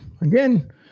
Again